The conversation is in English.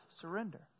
surrender